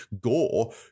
gore